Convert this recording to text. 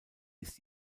ist